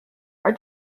are